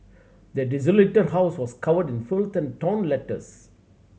the desolated house was covered in filth and torn letters